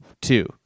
two